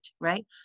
right